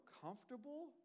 comfortable